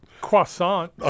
Croissant